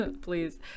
Please